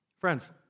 Friends